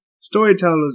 Storytellers